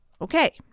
Okay